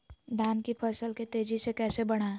धान की फसल के तेजी से कैसे बढ़ाएं?